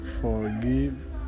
forgive